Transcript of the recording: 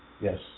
Yes